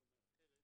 אליצור,